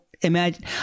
imagine